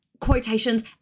quotations